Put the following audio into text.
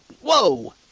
whoa